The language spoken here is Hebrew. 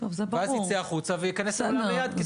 ואז ייצא משם ויכנס לאולם ליד.